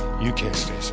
you can't stay